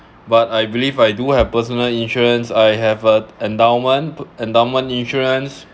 but I believe I do have personal insurance I have a endowment endowment insurance